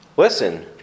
Listen